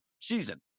season